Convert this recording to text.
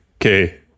Okay